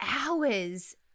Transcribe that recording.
hours